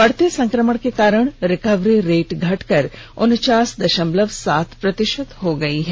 बढ़ते संक्रमण के कारण रिकवरी रेट घटकर उनचास दषमलव सात प्रतिशत हो गई है